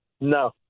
No